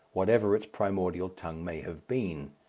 whatever its primordial tongue may have been.